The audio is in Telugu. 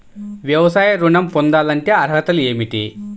వ్యవసాయ ఋణం పొందాలంటే అర్హతలు ఏమిటి?